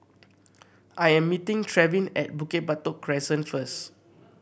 I am meeting Trevin at Bukit Batok Crescent first